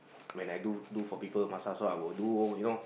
when I do do for people massage lah I will do you know